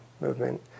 Movement